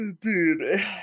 Dude